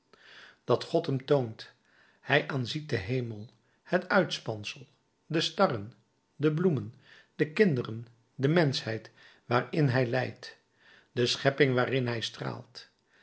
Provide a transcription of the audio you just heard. dat god hem toont hij aanziet den hemel het uitspansel de starren de bloemen de kinderen de menschheid waarin hij lijdt de schepping waarin hij straalt